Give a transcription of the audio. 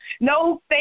no